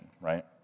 right